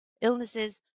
illnesses